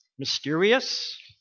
Mysterious